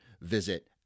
visit